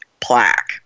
plaque